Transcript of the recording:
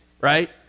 right